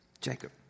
Jacob